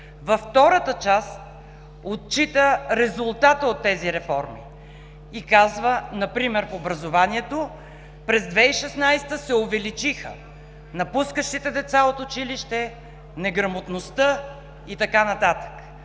Във втората част отчита резултата от тези реформи и казва, например в образованието: „През 2016 г. се увеличиха напускащите деца от училище, неграмотността“ и така нататък.